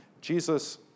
Jesus